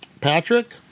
Patrick